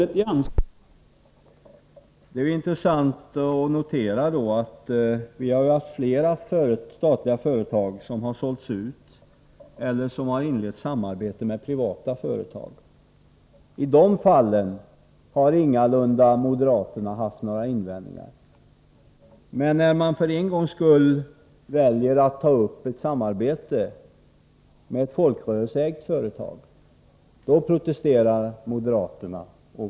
Det är detta som sägs i energiministerns proposition.